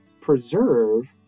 preserve